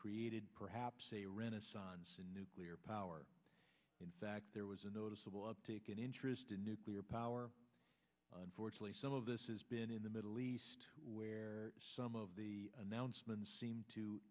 created perhaps a renaissance in nuclear power in fact there was a noticeable uptick in interest in nuclear power unfortunately some of this has been in the middle east where some of the announcements seem to